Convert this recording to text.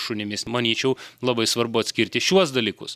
šunimis manyčiau labai svarbu atskirti šiuos dalykus